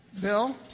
Bill